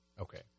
Okay